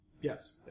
Yes